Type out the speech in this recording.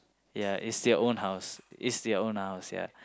ya is your own house ya is your own house